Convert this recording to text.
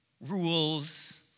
rules